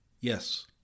Yes